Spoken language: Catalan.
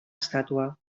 estàtua